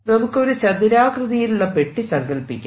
നമുക്ക് ഒരു ചതുരാകൃതിയിലുള്ള പെട്ടി സങ്കല്പിക്കാം